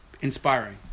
inspiring